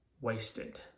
wasted